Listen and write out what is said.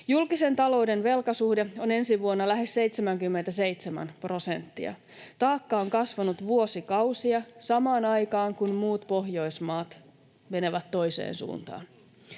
Julkisen talouden velkasuhde on ensi vuonna lähes 77 prosenttia. Taakka on kasvanut vuosikausia, samaan aikaan kun muut Pohjoismaat menevät toiseen suuntaan.